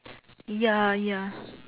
ya ya